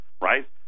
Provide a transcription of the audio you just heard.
right